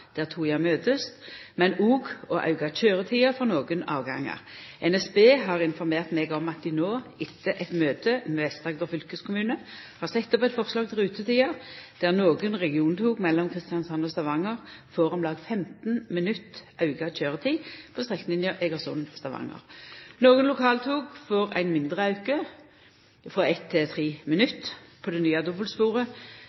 der toga møtest, men òg å auka køyretida for nokre avgangar. NSB har informert meg om at dei no, etter eit møte med Vest-Agder fylkeskommune, har sett opp eit forslag til rutetider der nokre regiontog mellom Kristiansand og Stavanger får om lag 15 minutt auka køyretid på strekninga Egersund–Stavanger. Nokre lokaltog får ein mindre auke,